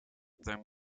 though